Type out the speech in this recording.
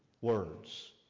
words